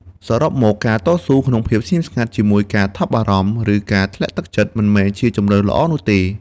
សរុបមក ការតស៊ូក្នុងភាពស្ងៀមស្ងាត់ជាមួយការថប់បារម្ភ ឬការធ្លាក់ទឹកចិត្ត មិនមែនជាជម្រើសល្អនោះទេ។